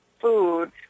food